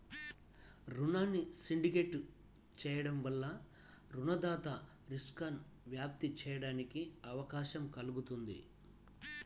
రుణాన్ని సిండికేట్ చేయడం వలన రుణదాతలు రిస్క్ను వ్యాప్తి చేయడానికి అవకాశం కల్గుతుంది